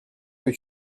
que